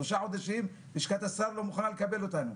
שלושה חודשים לשכת השר לא מוכנה לקבל אותנו.